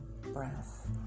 breath